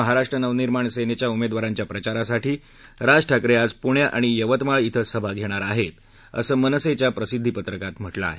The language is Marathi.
महाराष्ट्र नवनिर्माण सेनेच्या उमेदवारांच्या प्रचारासाठी राज ठाकरे आज पुणे आणि यवतमाळ क्वे सभाग घेणार आहेत असं मनसेच्या प्रसिद्धीपत्रकात म्हटलं आहे